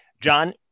John